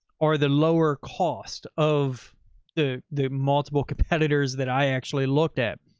or the lower cost of the, the multiple competitors that i actually looked at.